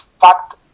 fact